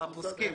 הפוסקים ,